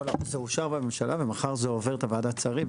זה אושר בממשלה ומחר זה עובר ועדת שרים,